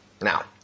Now